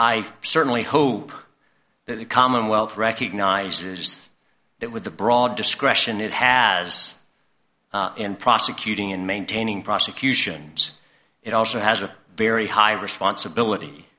i certainly hope that the commonwealth recognizes that with the broad discretion it has in prosecuting and maintaining prosecution it also has a very high responsibility